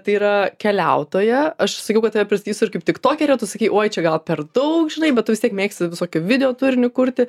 tai yra keliautoja aš sakiau kad tave pristatysiu ir kaip tik tokerę tu sakei oi čia gal per daug žinai bet tu vis tiek mėgsti visokį video turinį kurti